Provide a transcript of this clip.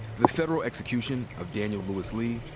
the federal execution of daniel lewis lee,